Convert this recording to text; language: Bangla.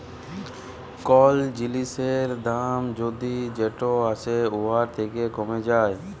কল জিলিসের দাম যদি যেট আসে উয়ার থ্যাকে কমে যায়